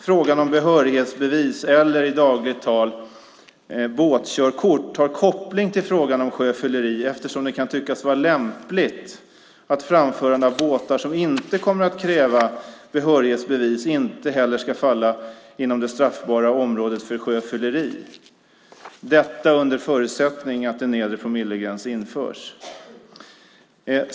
Frågan om behörighetsbevis, eller i dagligt tal båtkörkort, har koppling till frågan om sjöfylleri eftersom det kan tyckas vara lämpligt att framförandet av båtar som inte kommer att kräva behörighetsbevis inte heller ska falla inom det straffbara området för sjöfylleri - detta under förutsättning att en nedre promillegräns införs.